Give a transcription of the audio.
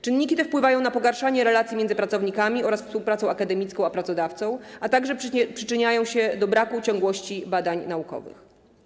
Czynniki te wpływają na pogarszanie relacji między pracownikami oraz wspólnotą akademicką a pracodawcą, a także przyczyniają się do braku ciągłości badań naukowych”